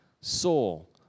soul